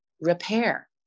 repair